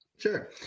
Sure